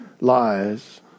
lies